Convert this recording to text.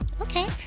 okay